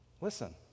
Listen